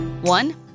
One